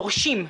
דורשים,